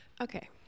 Okay